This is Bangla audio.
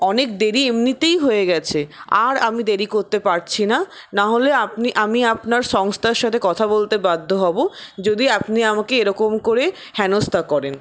অনেক দেরি এমনিতেই হয়ে গেছে আর আমি দেরি করতে পারছি না নাহলে আপনি আমি আপনার সংস্থার সাথে কথা বলতে বাধ্য হব যদি আপনি আমাকে এরকম করে হেনস্তা করেন